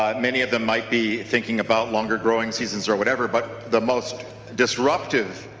many of them might be thinking about longer going seasons or whatever but the most disruptive